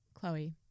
Chloe